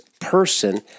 person